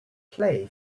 play